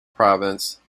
province